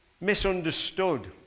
misunderstood